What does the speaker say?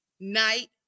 night